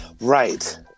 right